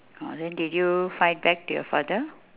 orh then did you fight back to your father